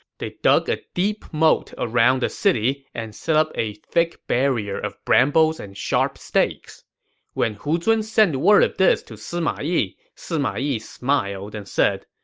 they dug a big moat around the city and set up a thick barrier of brambles and sharp stakes when hu zun sent word of this to sima yi, sima yi smiled and said,